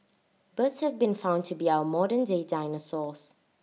birds have been found to be our modern day dinosaurs